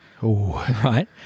right